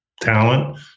talent